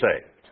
saved